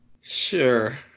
Sure